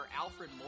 Alfred